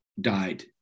died